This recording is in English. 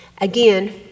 Again